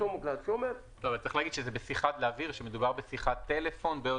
צריך להבהיר שמדובר בשיחת טלפון.